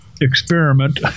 experiment